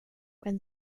when